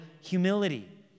humility